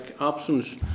absence